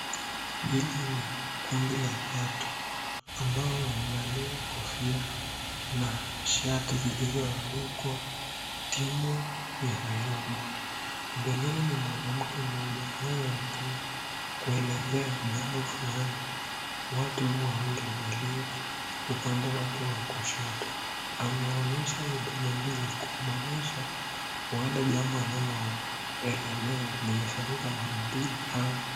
Hili ni kundi la watu ambao wamevalia kofia na shati zilizoandikwa timu ya Nairobi. Mbeleni ni mwanamke mmoja anayeonekana kuelezea jambo fulani, watu wawili walio upande wake wa kushoto. Ameonyesha vidole mbili kumaanisha, huenda jambo analoelezea limefanyika mara mbili au